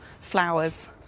flowers